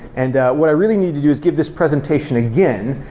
and what i really need to do is give this presentation again,